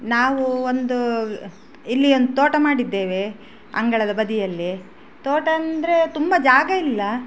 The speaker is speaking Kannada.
ನಾವು ಒಂದು ಇಲ್ಲಿ ಒಂದು ತೋಟ ಮಾಡಿದ್ದೇವೆ ಅಂಗಳದ ಬದಿಯಲ್ಲಿ ತೋಟ ಅಂದರೆ ತುಂಬ ಜಾಗ ಇಲ್ಲ